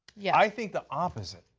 yeah i think the opposite.